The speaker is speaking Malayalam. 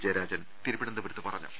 ജയരാജൻ തിരുവന ന്തപുരത്ത് പറഞ്ഞു